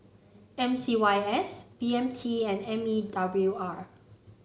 M C Y S B M T and M E W R